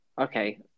okay